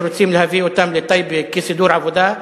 שרוצים להביא אותם לטייבה כסידור עבודה,